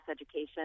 education